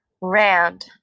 Rand